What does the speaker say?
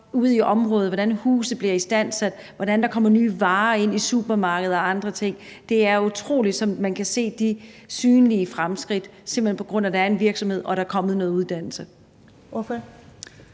i området: hvordan huse bliver istandsat, og hvordan der kommer nye varer ind i supermarkeder og andre ting. Det er utroligt, som man kan se de synlige fremskridt, simpelt hen på grund af at der er en virksomhed og der er kommet noget uddannelse.